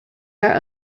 are